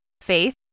faith